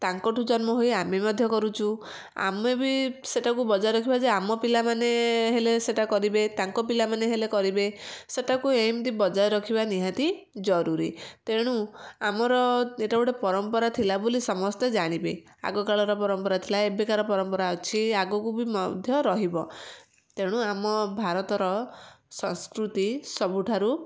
ତାଙ୍କଠୁ ଜନ୍ମ ହୋଇ ଆମେ ମଧ୍ୟ କରୁଚୁ ଆମେ ବି ସେଟାକୁ ବଜାୟ ରଖିବା ଯେ ଆମ ପିଲାମାନେ ହେଲେ ସେଟା କରିବେ ତାଙ୍କ ପିଲାମାନେ ହେଲେ କରିବେ ସେଟାକୁ ଏମିତି ବଜାୟ ରଖିବା ନିହାତି ଜରୁରୀ ତେଣୁ ଆମର ଏଟା ଗୋଟେ ପରମ୍ପରା ଥିଲା ବୋଲି ସମସ୍ତେ ଜାଣିବେ ଆଗ କାଳର ପରମ୍ପରା ଥିଲା ଏବେକାର ପରମ୍ପରା ଅଛି ଆଗକୁ ବି ମଧ୍ୟ ରହିବ ତେଣୁ ଆମ ଭାରତର ସଂସ୍କୃତି ସବୁଠାରୁ